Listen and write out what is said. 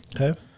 Okay